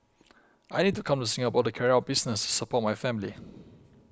I need to come to Singapore to carry out business to support my family